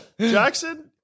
Jackson